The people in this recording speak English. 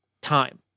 time